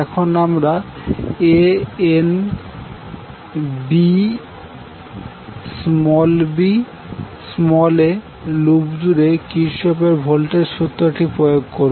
এখন আমরা aANBba loop জুড়ে কির্চফ এর ভোল্টেজ সূত্রটি প্রয়োগ করবো